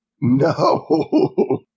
No